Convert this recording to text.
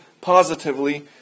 positively